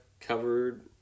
covered